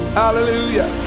hallelujah